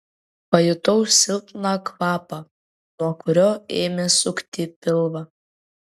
pajutau silpną kvapą nuo kurio ėmė sukti pilvą